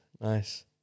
nice